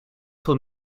veel